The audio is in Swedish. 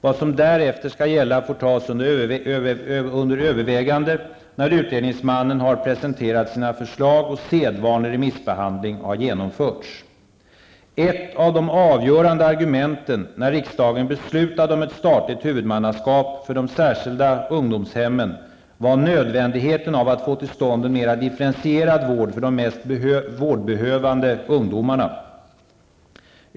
Vad som därefter skall gälla får tas under övervägande när utredningsmannen har presenterat sina förslag och sedvanlig remissbehandling har genomförts. Ett av de avgörande argumenten när riksdagen beslutade om ett statligt huvudmannaskap för de särskilda ungdomshemmen var nödvändigheten av att få till stånd en mera differentierad vård för de mest vårdbehövande ungdomarna.